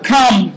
Come